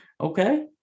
okay